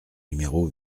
numéro